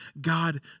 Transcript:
God